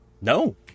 No